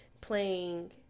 playing